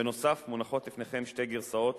בנוסף, מונחות לפניכם שתי גרסאות